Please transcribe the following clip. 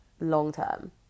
long-term